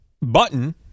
button